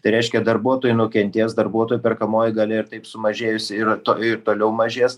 tai reiškia darbuotojai nukentės darbuotojų perkamoji galia ir taip sumažėjus ir to ir toliau mažės